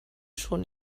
schon